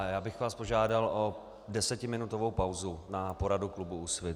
Já bych vás požádal o desetiminutovou pauzu na poradu klubu Úsvit.